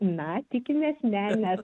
na tikimės ne nes